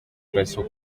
peso